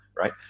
right